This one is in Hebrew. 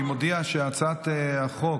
אני מודיע שהצעת חוק